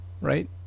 Right